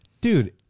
Dude